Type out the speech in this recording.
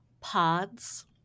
pods